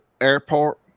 airport